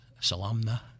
Salamna